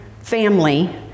family